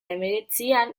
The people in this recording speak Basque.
hemeretzian